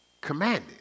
commanded